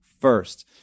first